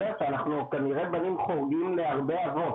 אז זהו שאנחנו כנראה בנים חורגים להרבה אבות